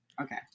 okay